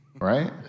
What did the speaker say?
right